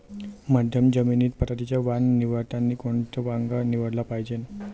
मध्यम जमीनीत पराटीचं वान निवडतानी कोनचं वान निवडाले पायजे?